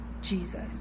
jesus